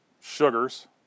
sugars